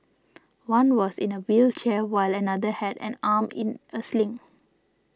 one was in a wheelchair while another had an arm in a sling